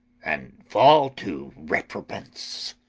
and fall to reprobance.